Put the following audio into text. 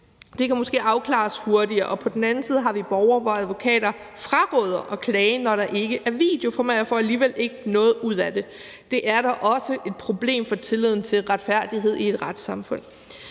Det kan måske afklares hurtigere. På den anden side har vi borgere, hvis advokater fraråder dem at klage, når der ikke er video, for de får alligevel ikke noget ud af det. Det er da også et problem for tilliden til retfærdighed i et retssamfund.